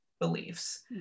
beliefs